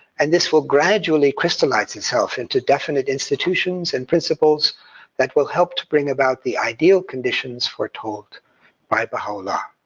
and this will gradually crystallize itself into definite institutions and principles that will help to bring about the ideal conditions foretold by baha'u'llah.